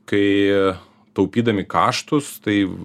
kai taupydami kaštus tai